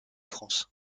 france